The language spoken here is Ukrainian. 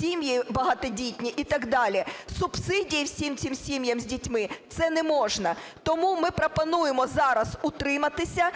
сім'ї багатодітні і так далі. Субсидія всім цим сім'ям з дітьми – це не можна. Тому ми пропонуємо зараз утриматися,